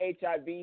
HIV